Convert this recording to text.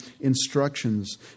instructions